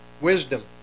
wisdom